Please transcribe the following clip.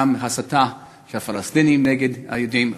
וגם בהסתה של פלסטינים נגד היהודים,